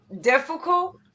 difficult